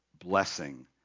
blessing